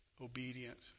obedient